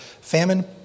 Famine